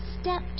step